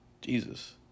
Jesus